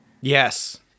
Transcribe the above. yes